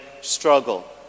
struggle